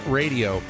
radio